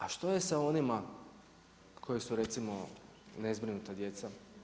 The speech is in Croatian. A što je sa onima koji su recimo nezbrinuta djeca?